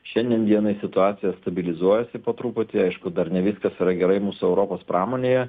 šiandien dienai situacija stabilizuojasi po truputį aišku dar ne viskas yra gerai mūsų europos pramonėje